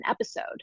episode